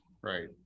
right